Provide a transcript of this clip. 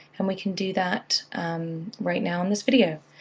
and we can do that right now in this video.